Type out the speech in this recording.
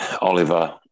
Oliver